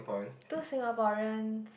two Singaporean